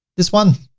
this one,